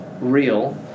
real